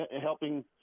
helping